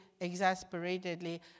exasperatedly